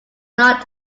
not